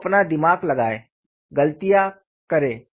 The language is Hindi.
तो अपना दिमाग लगाओ गलतियाँ करो